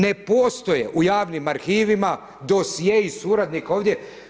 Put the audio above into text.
Ne postoje u javnim arhivima dosjei suradnika ovdje.